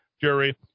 jury